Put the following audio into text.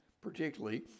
particularly